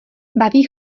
baví